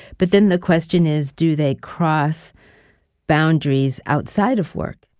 but then the question is, do they cross boundaries outside of work?